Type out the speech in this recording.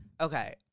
Okay